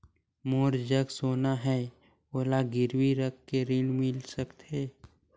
मोर जग सोना है ओला गिरवी रख के ऋण मिल सकथे?